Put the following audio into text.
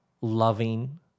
loving